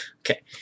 Okay